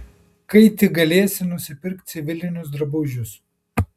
kai tik galėsi nusipirk civilinius drabužius